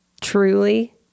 truly